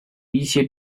一些